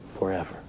forever